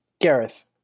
Gareth